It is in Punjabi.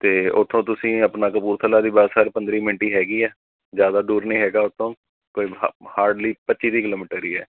ਅਤੇ ਉੱਥੋਂ ਤੁਸੀਂ ਆਪਣਾ ਕਪੂਰਥਲਾ ਦੀ ਬਸ ਸਾਰੇ ਪੰਦਰ੍ਹਾਂ ਮਿੰਟ ਹੀ ਹੈਗੀ ਹੈ ਜ਼ਿਆਦਾ ਦੂਰ ਨਹੀਂ ਹੈਗਾ ਉੱਥੋਂ ਕੋਈ ਹਾ ਹਾਰਡਲੀ ਪੱਚੀ ਤੀਹ ਕਿਲੋਮੀਟਰ ਹੀ ਹੈ